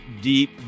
deep